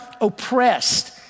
oppressed